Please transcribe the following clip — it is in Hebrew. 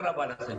תודה רבה לכם.